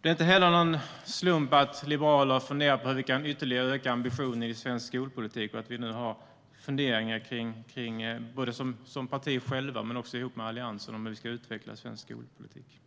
Det är inte heller en slump att liberaler funderar på hur vi kan öka ambitionen ytterligare i svensk skolpolitik och att vi nu har funderingar både som parti men också tillsammans med Alliansen om hur vi ska utveckla svensk skolpolitik.